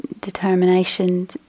determination